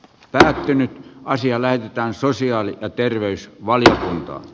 tähtinen asia lähetetään sosiaali ja terveys wang kiitos